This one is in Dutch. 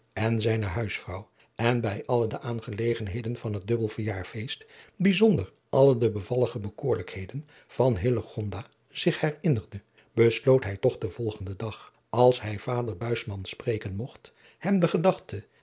en zijne huisvrouw en bij alle de aangenaamheden van het dubbel verjaarfeest bijzonder alle de bevallige bekoorlijkheden van hillegonda zich herinnerde besloot hij toch den volgenden dag als hij vader buisman spreken mogt hem de gedachte